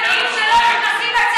אני הבאתי לך בעיה, אתה לא מתייחס לבעיה.